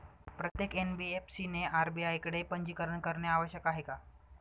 प्रत्येक एन.बी.एफ.सी ने आर.बी.आय कडे पंजीकरण करणे आवश्यक आहे का?